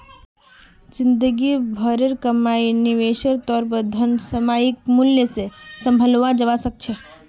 जिंदगी भरेर कमाईक निवेशेर तौर पर धन सामयिक मूल्य से सम्भालाल जवा सक छे